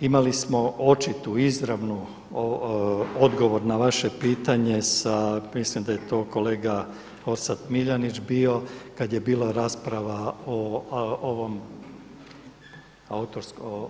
Imali smo očitu, izravnu odgovor na vaše pitanje sa mislim da je to kolega Orsat Miljanić bio kada je bila rasprava o